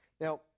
Now